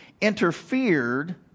interfered